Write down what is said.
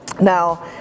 now